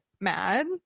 mad